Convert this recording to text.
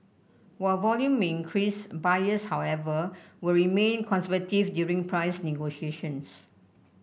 while volume may increase buyers however will remain conservative during price negotiations